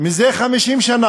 עם אחר מזה 50 שנה